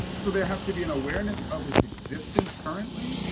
and so there has to be an awareness of its existence currently.